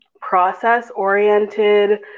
process-oriented